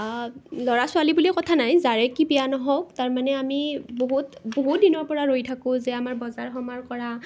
ল'ৰা ছোৱালী বুলি কথা নাই যাৰে কি বিয়া নহওক তাৰমানে আমি বহুত বহু দিনৰ পৰা ৰৈ থাকোঁ যে আমাৰ বজাৰ সমাৰ কৰা